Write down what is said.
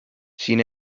sin